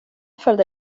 följde